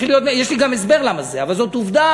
יש לי גם הסבר למה זה, אבל זאת עובדה